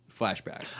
flashback